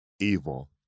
evil